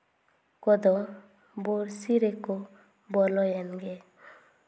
ᱠᱚᱫᱚ ᱵᱳᱨᱥᱮ ᱨᱮᱠᱚ ᱵᱚᱞᱚᱭᱮᱱ ᱜᱮ